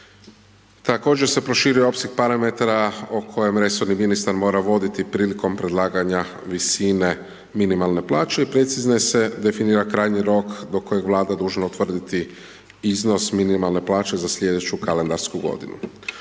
Također se proširuje opseg parametara o kojem resorni ministar mora voditi prilikom predlaganja visine minimalne plaće i preciznije se definira krajnji rok do kojeg je Vlada dužna utvrditi iznos minimalne plaće za slijedeću kalendarsku godinu.